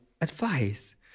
advice